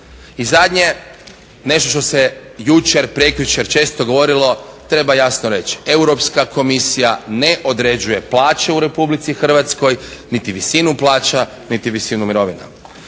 I zadnje, nešto što se jučer, prekjučer često govorilo, treba jasno reći Europska komisija ne određuje plaće u RH niti visinu plaća niti visinu mirovina.